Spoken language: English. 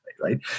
right